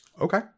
Okay